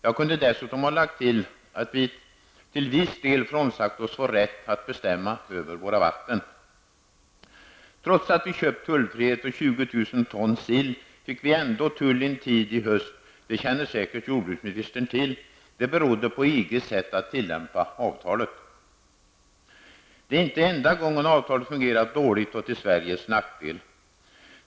Jag kunde dessutom ha lagt till att vi till viss del har frånsagt oss vår rätt att bestämma över våra vatten. Trots att vi har köpt tullfrihet för 20 000 ton sill fick vi ändå tull under en tid i höst. Det känner säkert jorbruksministern till. Det berodde på EGs sätt att tillämpa avtalet. Det är inte enda gången avtalet fungerat dåligt och till Sveriges nackdel.